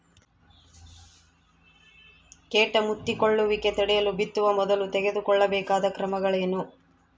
ಕೇಟ ಮುತ್ತಿಕೊಳ್ಳುವಿಕೆ ತಡೆಯಲು ಬಿತ್ತುವ ಮೊದಲು ತೆಗೆದುಕೊಳ್ಳಬೇಕಾದ ಕ್ರಮಗಳೇನು?